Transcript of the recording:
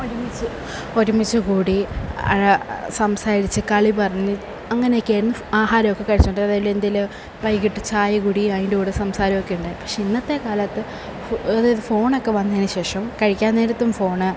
ഒരുമിച്ച് ഒരുമിച്ച് കൂടി സംസാരിച്ച് കളി പറഞ്ഞ് അങ്ങനെയൊക്കെയായിരുന്നു ആഹാരമൊക്കെ കഴിച്ചുകൊണ്ടിരുന്നത് അല്ലെങ്കില് എന്തെങ്കിലും വൈകിട്ട് ചായകുടി അതിന്റെ കൂടെ സംസാരവുമൊക്കെയുണ്ടായിരുന്നു പക്ഷേ ഇന്നത്തെ കാലത്ത് ഫോണൊക്കെ വന്നതിന് ശേഷം കഴിക്കാന് നേരത്തും ഫോണ്